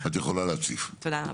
תודה רבה.